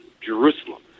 Jerusalem